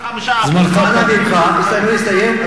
95% מהאוכלוסייה, זמנך, אני אסיים.